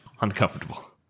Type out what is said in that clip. Uncomfortable